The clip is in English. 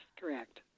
correct